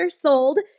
sold